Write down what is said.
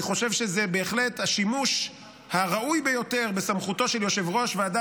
אני חושב שזה בהחלט השימוש הראוי ביותר בסמכותו של יושב-ראש הוועדה